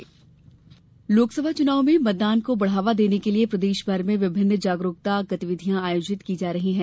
मतदाता जागरूकता लोकसभा चुनाव में मतदान को बढ़ावा देने के लिए प्रदेषभर में विभिन्न जागरूकता गतिविधियां आयोजित की जा रही हैं